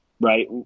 right